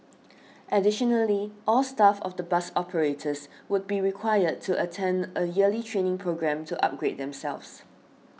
additionally all staff of the bus operators would be required to attend a yearly training programme to upgrade themselves